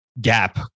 gap